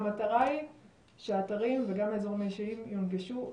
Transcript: המטרה היא שהאתרים וגם האזורים האישיים יונגשו כדרוש,